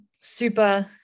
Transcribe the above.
super